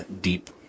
deep